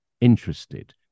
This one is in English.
interested